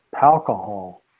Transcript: alcohol